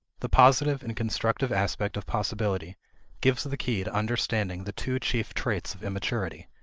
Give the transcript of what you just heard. the positive and constructive aspect of possibility gives the key to understanding the two chief traits of immaturity,